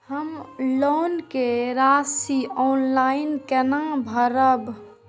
हम लोन के राशि ऑनलाइन केना भरब?